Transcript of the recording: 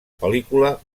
pel·lícula